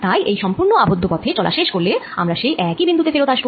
তাই এই সম্পূর্ণ আবদ্ধ পথে চলা শেষ করলে আমরা সেই একই বিন্দু তে ফেরত আসব